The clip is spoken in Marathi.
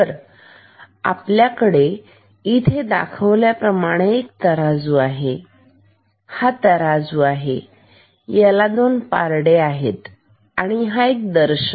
तरआपल्याकडे दाखवल्या प्रमाणे इथे एक तराजू आहे तर इथे तराजू आहे 2 पारडे आणि त्याला हा दर्शक